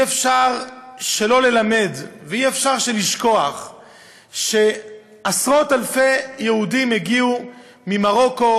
אי-אפשר שלא ללמד ואי-אפשר לשכוח שעשרות אלפי יהודים ממרוקו,